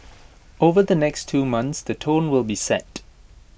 over the next two months the tone will be set